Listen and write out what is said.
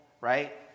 right